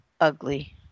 ugly